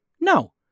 No